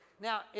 Now